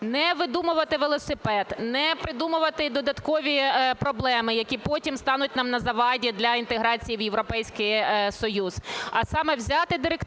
Не видумувати велосипед, не придумувати додаткові проблеми, які потім стануть нам на заваді для інтеграції в Європейський Союз, а саме взяти директиву